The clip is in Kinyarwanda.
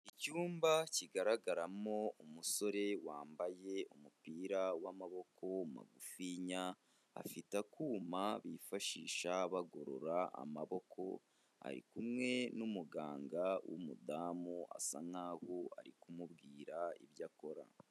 Icyumba kigaragaramo umusore wambaye umupira w'amaboko magufiya, afite akuma bifashisha bagorora amaboko, ari kumwe n'umuganga w'umudamu, asa nkaho ari kumubwira ibyo akora.